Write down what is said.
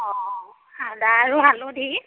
অঁ আদা আৰু হালধি